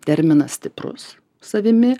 terminas stiprus savimi